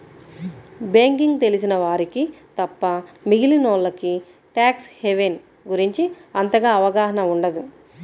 banking తెలిసిన వారికి తప్ప మిగిలినోల్లకి ట్యాక్స్ హెవెన్ గురించి అంతగా అవగాహన ఉండదు